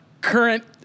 current